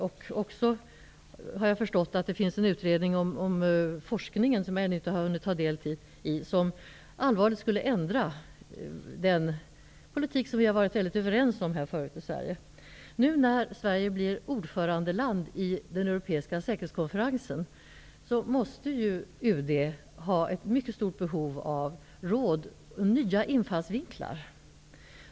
Jag har förstått att det även finns en utredning om forskning som jag ännu inte har hunnit ta del av. Där föreslås en allvarlig ändring av den politik som vi tidigare har varit överens om i Sverige. Nu när Sverige blir ordförandeland i den Europeiska säkerhetskonferensen måste ju UD ha ett stort behov av råd och nya infallsvinklar.